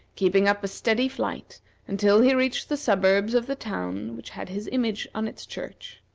keeping up a steady flight until he reached the suburbs of the town which had his image on its church.